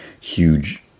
huge